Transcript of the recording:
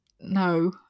no